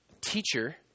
teacher